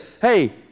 hey